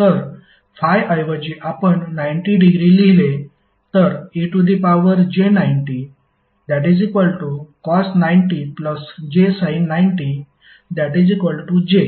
तर ∅ ऐवजी आपण 90 डिग्री लिहिले तर ej90cos90jsin90j